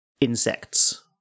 insects